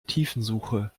tiefensuche